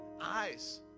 eyes